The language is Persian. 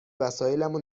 وسایلامو